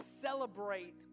celebrate